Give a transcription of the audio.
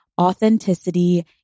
authenticity